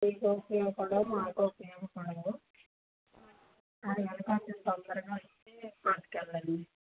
మీకు ఉపయోగపడవు మాకు ఉపయోగపడవు అందువల్ల తొందరగా వచ్చి పట్టుకెళ్ళండి